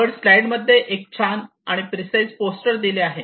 वर स्लाईड मध्ये एक छान आणि प्रिसाइज पोस्टर दिले आहे